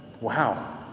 wow